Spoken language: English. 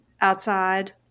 outside